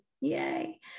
Yay